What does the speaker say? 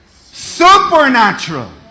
supernatural